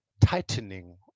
tightening